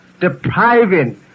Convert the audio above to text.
depriving